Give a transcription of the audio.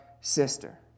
sister